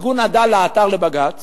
ארגון "עדאלה" עתר לבג"ץ